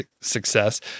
success